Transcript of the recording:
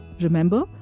Remember